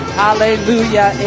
hallelujah